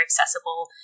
accessible